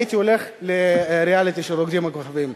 הייתי הולך לריאליטי של "רוקדים עם כוכבים".